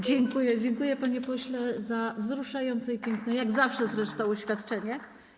Dziękuję, panie pośle, za wzruszające i piękne, jak zawsze zresztą, oświadczenie.